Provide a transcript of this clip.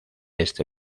este